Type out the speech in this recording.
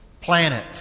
planet